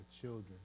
children